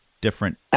different